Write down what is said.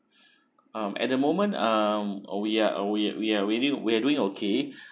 um at the moment um we are we we are really we're doing okay